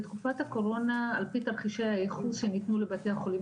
בתקופת הקורונה על פי תרחישי הייחוס שניתנו לבתי החולים